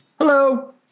Hello